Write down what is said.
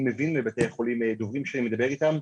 אני מבין מבתי החולים, דוברים שאני מדבר איתם,